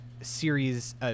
Series